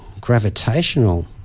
gravitational